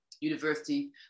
university